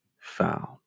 found